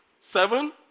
seven